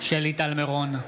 שלי טל מירון,